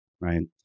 Right